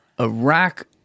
iraq